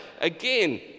again